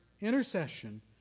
intercession